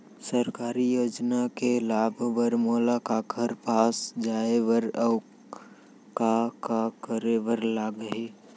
सरकारी योजना के लाभ बर मोला काखर पास जाए बर अऊ का का करे बर लागही?